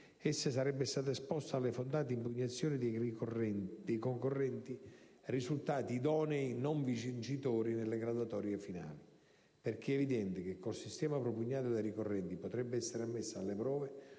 essa sarebbe stata esposta alle fondate impugnazioni dei concorrenti risultati idonei non vincitori nelle graduatorie finali; perché è evidente che, col sistema propugnato dai ricorrenti, potrebbe essere ammesso alle prove